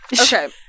Okay